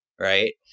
right